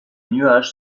nuages